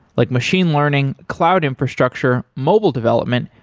like machine learning, cloud infrastructure, mobile development,